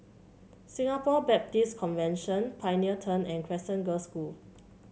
Singapore Baptist Convention Pioneer Turn and Crescent Girls' School